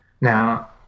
Now